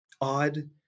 odd